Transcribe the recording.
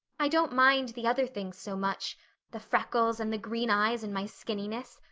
i don't mind the other things so much the freckles and the green eyes and my skinniness.